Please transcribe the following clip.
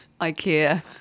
Ikea